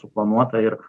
suplanuota ir